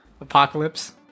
Apocalypse